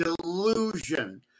delusion